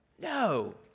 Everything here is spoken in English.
No